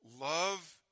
love